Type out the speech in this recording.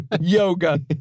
yoga